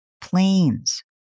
planes